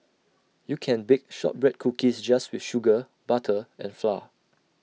you can bake Shortbread Cookies just with sugar butter and flour